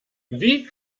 wie